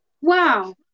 Wow